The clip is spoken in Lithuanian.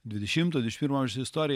dvidešimto dvidešimt pirmo amžiaus istoriją